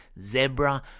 zebra